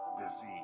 disease